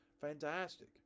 fantastic